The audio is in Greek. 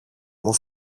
μου